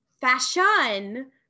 fashion